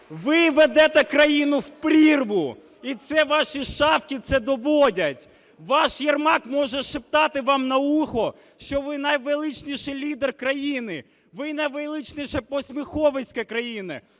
ви ведете країну в прірву, і це ваші шавки це доводять. Ваш Єрмак може шептати вам на вухо, що ви – найвеличніший лідер країни. Ви – найвеличніше посміховисько країни.